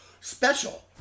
special